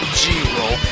g-roll